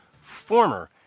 former